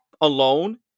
alone